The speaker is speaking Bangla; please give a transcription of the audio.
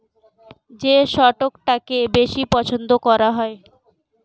যে স্টকটাকে বেশি পছন্দ করা হয়